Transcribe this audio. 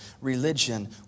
religion